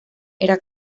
era